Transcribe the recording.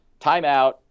timeout